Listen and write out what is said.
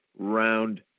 round